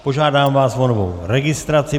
Požádám vás o novou registraci.